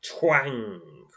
twang